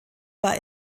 war